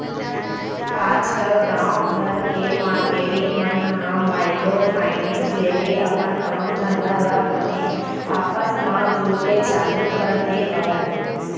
आजकल गाँव घर के मारकेटिंग मन ह माइक्रो फायनेंस लेके अपन काम धंधा ल बने आपस म जुड़के चालू कर दे हवय